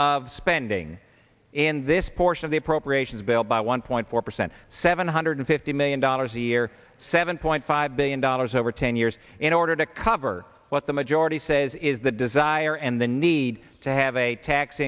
of spending in this portion of the appropriations bill by one point four percent seven hundred fifty million dollars a year seven point five billion dollars over ten years in order to cover what the majority says is the desire and the need to have a tax